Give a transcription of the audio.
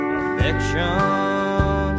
affection